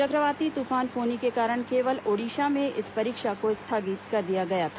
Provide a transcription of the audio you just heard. चक्रवाती तूफान फोनी के कारण केवल ओडिशा में इस परीक्षा को स्थगित कर दिया गया था